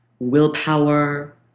willpower